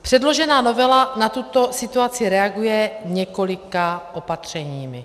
Předložená novela na tuto situaci reaguje několika opatřeními.